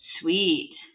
Sweet